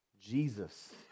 Jesus